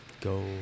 Go